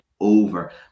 Over